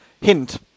hint